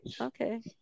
Okay